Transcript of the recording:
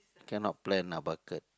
cannot plan ah bucket